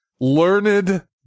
learned